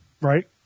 right